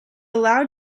loud